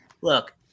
Look